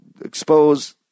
expose